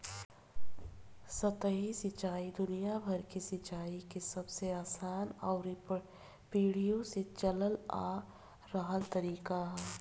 सतही सिंचाई दुनियाभर में सिंचाई के सबसे आसान अउरी पीढ़ियो से चलल आ रहल तरीका ह